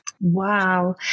Wow